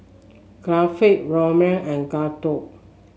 Gopinath Ramnath and Gouthu